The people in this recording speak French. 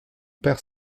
perd